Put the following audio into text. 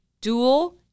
dual